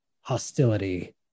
hostility